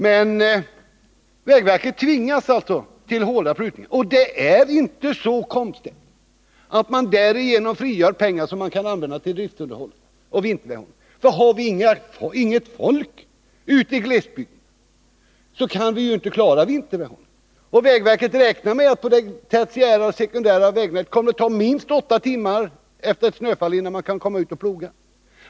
Men vägverket tvingas också göra hårda prutningar. Det ärinte så, Wiggo Komstedt, att man därigenom frigör pengar som man kan använda till driftsunderhållet och vinterväghållet. Har vi inget folk ute i glesbygden kan vi inte klara vinterväghållet. Vägverket räknar med att det på det sekundära och tertiära vägnätet kommer att ta minst åtta timmar innan man kan komma ut och ploga efter ett snöfall.